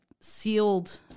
sealed